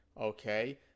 Okay